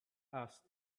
asked